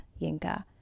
Yinka